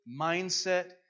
mindset